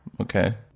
Okay